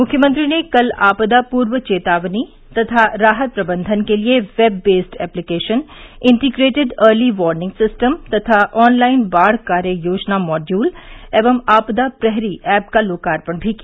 मुख्यमंत्री ने कल आपदा पूर्व चेतावनी तथा राहत प्रबन्धन के लिये web based applications integrated early warning system तथा ऑनलाइन बाढ़ कार्य योजना मॉड्यूल एवं आपदा प्रहरी ऐप का लोकार्पण भी किया